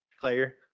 Claire